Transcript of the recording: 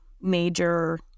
major